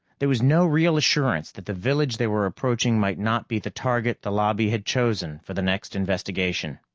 there was no real assurance that the village they were approaching might not be the target the lobby had chosen for the next investigation.